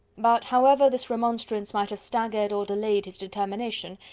but, however this remonstrance might have staggered or delayed his determination,